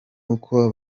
uko